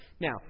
Now